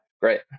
great